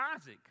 Isaac